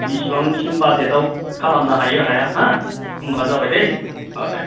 बिसिबांसिम बाजेटाव खालामनो हायो हाया हो होमब्ला जाबाय दै अ दे